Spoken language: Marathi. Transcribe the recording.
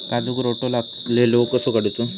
काजूक रोटो लागलेलो कसो काडूचो?